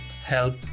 help